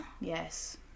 Yes